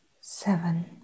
Seven